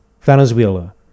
Venezuela